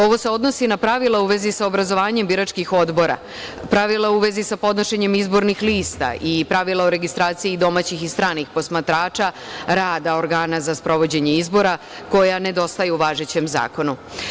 Ovo se odnosi na pravila u vezi sa obrazovanjem biračkih odbora, pravila u vezi sa podnošenjem izbornih lista i pravila o registraciji domaćih i stranih posmatrača, rada organa za sprovođenje izbora, koja nedostaju u važećem zakonu.